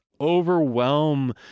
overwhelm